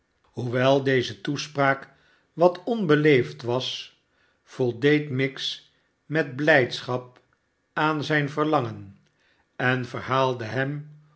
hoewel deze toespraak wat onbeleefd was voldeed miggs met blijdschap aan zijn verlangen en verhaalde hem